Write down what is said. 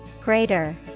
Greater